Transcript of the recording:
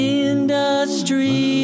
industry